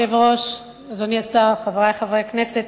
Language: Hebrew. חברת הכנסת